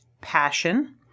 passion